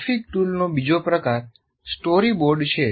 graphic ટૂલનો બીજો પ્રકાર સ્ટોરીબોર્ડ છે